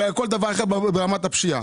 ועל כל דבר אחר ברמת הפשיעה.